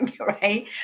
right